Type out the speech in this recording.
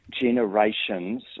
generations